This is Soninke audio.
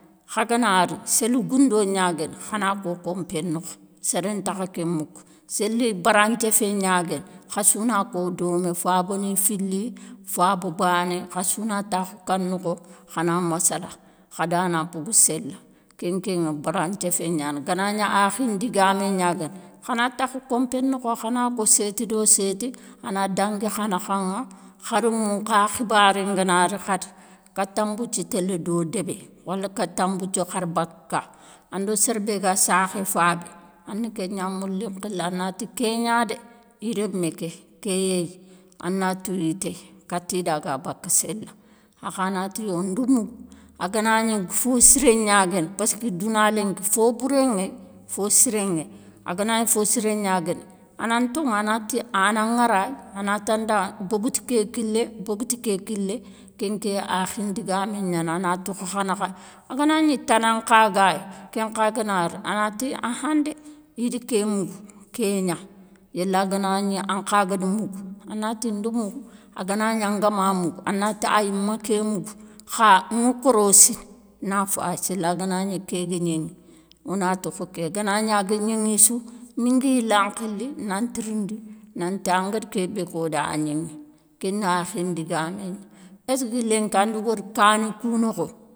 Kha gana ri, séli goundo gnaguéni khana ko kompé nokho, séré ntakha kén moukou, séli bara nthiéfé gna guéni, khassou na ko domé, fabani fili, faba bané, khassou na takhou ka nokho khana massala, khada na bogou séla, kén kénŋa bara nthiéffé gnani, ganagni akhi ndigamé gnaguéni, khana takhou kompé nokho, khana ko séti do séti, ana dangui kha nakhanŋa, kha romou nkha khibaré ngana ri khadi, kata mbouthia télé do débé, wala kata mbouthie khar baka ka, ando sérbé gua sakhé fabbé, ane kégna mouli nkhili, anati kégna dé, iréméké ké yéyi, ana touyi téy kati daga bakka sélanŋa akhanati yo ndi mougou, aganagnii, fossiré gnaguéni, paskeu douna lénki fo bouré ŋéy, fo ssiré ŋey. Aganagni fo siré gnaguéni, ana ntoŋo anati an ana ŋarayi, anata nda bogoti ké kilé, boguo ti ké kilé, kén ké akhi ndigamé gnani, ana tokhokha nakha, aganagni tana nkha gayéy, kénkha gana ri akhan ndé, idi ké mougou, kégna, yéla ganagni ankha gadi mougou, anati nda mougou, aganagni an ngama mougou, anati ayi. ma ké, mougou kha ŋa nkorossi, na fayi séla ganagni kéguégnégnou, ona tofo ké ganagni aga gnaŋi sou, minga yila nkhili, nan ntirindi, nanti angari kébé koda a gnaŋi, kéni akhi ndigamé gna, esskeu linki andi wori kani kou nokho.